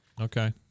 Okay